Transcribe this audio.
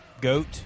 Goat